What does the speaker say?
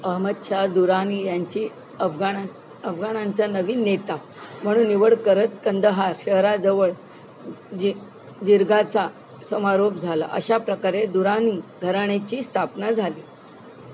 अहमद शाह दुरानी यांची अफगाण अफगाणांचा नवीन नेता म्हणून निवड करत कंदहार शहराजवळ जि जिरगाचा समारोप झाला अशाप्रकारे दुरानी घराण्याची स्थापना झाली